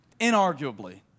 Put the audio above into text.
inarguably